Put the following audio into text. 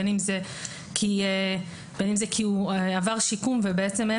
בין אם זה כי הוא עבר שיקום ובעצם אין